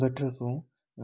बाथ्राखौ